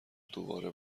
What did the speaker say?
دوباره